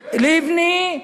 לבני,